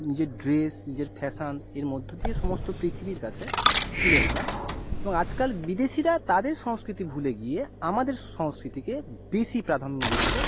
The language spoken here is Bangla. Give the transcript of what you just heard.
নিজের ড্রেস নিজের ফ্যাশন এর মধ্য দিয়ে সমস্ত পৃথিবীর কাছে তুলে ধরা এবং আজকাল বিদেশিরা তাদের সংস্কৃতি ভুলে গিয়ে আমাদের সংস্কৃতিকে বেশি প্রাধান্য দিচ্ছে